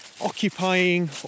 occupying